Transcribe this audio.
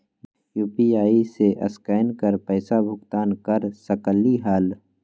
UPI से scan कर पईसा भुगतान कर सकलीहल?